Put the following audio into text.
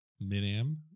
mid-am